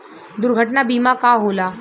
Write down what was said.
दुर्घटना बीमा का होला?